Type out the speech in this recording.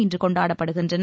இன்றுகொண்டாடப்படுகின்றன